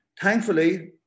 Thankfully